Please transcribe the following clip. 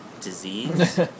disease